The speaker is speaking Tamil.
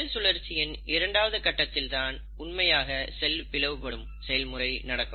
செல் சுழற்சியின் இரண்டாவது கட்டத்தில் தான் உண்மையாக செல் பிளவுபடும் செயல்முறை நடக்கும்